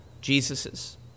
Jesus's